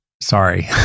sorry